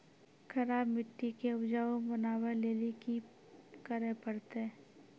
खराब मिट्टी के उपजाऊ बनावे लेली की करे परतै?